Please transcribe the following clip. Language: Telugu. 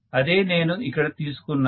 అదే నేను ఇక్కడ తీసుకున్నది